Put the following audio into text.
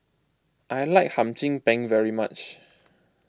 I like Hum Chim Peng very much